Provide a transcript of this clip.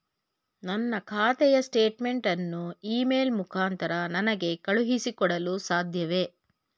ನನ್ನ ಖಾತೆಯ ಸ್ಟೇಟ್ಮೆಂಟ್ ಅನ್ನು ಇ ಮೇಲ್ ಮುಖಾಂತರ ನನಗೆ ಕಳುಹಿಸಿ ಕೊಡಲು ಸಾಧ್ಯವೇ?